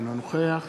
אינו נוכח